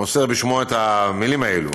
מוסר בשמו את המילים האלה.